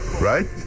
Right